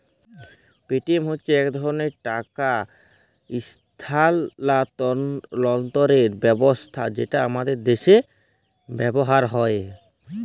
Paytm হছে ইক ধরলের টাকা ইস্থালাল্তরের ব্যবস্থা যেট আমাদের দ্যাশে ব্যাভার হ্যয়